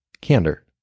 Candor